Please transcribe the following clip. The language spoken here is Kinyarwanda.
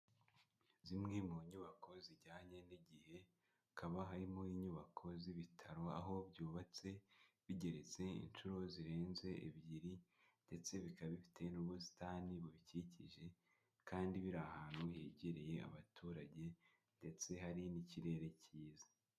Zimwe mu nyubako zijyanye n'igihe, hakaba harimo inyubako z'ibitaro, aho byubatse bigeretse inshuro zirenze ebyiri ndetse bikaba bifite n'ubusitani bubikikije, kandi biri ahantu hegereye abaturage ndetse hari n'ikirere cyiza.